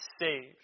saved